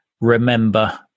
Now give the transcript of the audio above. remember